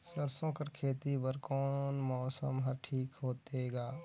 सरसो कर खेती बर कोन मौसम हर ठीक होथे ग?